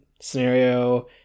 scenario